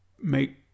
make